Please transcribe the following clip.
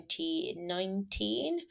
2019